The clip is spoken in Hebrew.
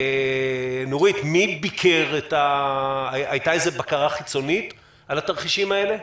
נורית, הייתה איזו בקרה חיצונית על התרחישים האלה?